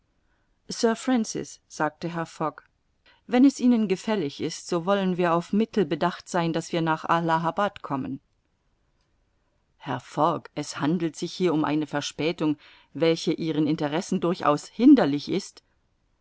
francis sagte herr fogg wenn es ihnen gefällig ist so wollen wir auf mittel bedacht sein daß wir nach allahabad kommen herr fogg es handelt sich hier um eine verspätung welche ihren interessen durchaus hinderlich ist